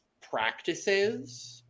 practices